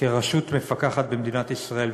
כרשות מפקחת במדינת ישראל.